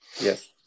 Yes